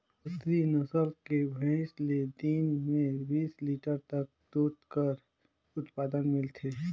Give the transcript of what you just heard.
सुरती नसल कर भंइस ले दिन में बीस लीटर तक दूद कर उत्पादन मिलथे